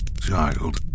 child